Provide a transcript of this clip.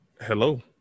hello